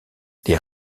les